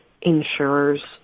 insurers